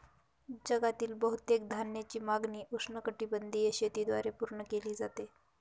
जगातील बहुतेक धान्याची मागणी उष्णकटिबंधीय शेतीद्वारे पूर्ण केली जाते